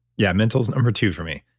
yeah, mental is number two for me.